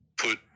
put